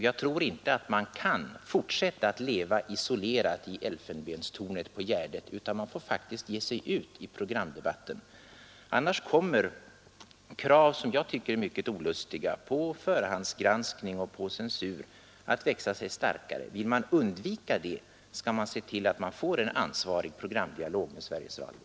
Jag tror inte att man kan fortsätta att leva isolerad i elfenbenstornet på Gärdet, utan man får faktiskt ge sig ut i programdebatten. Annars kommer krav, som jag tycket är mycket olustiga, på direkt samhällsinflytande över Sveriges Radio att växa sig starkare. Vill man undvika det, borde man känna sitt ansvar i Sveriges Radio och medverka till att en programdialog kommer till stånd.